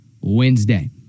Wednesday